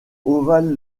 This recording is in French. ovales